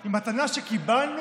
היא מתנה שקיבלנו